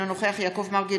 אינו נוכח יעקב מרגי,